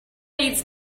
eats